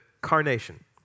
carnation